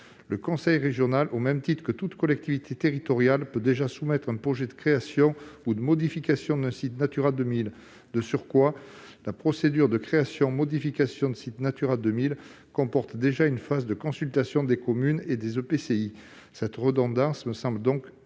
Le conseil régional, au même titre que toute collectivité territoriale, peut déjà soumettre un projet de création ou de modification d'un site Natura 2000. De surcroît, la procédure de création ou de modification d'un site Natura 2000 comporte déjà une phase de consultation des communes et des EPCI. Cette redondance ne nous semble pas utile.